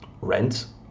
rent